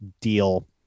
deal